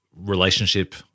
relationship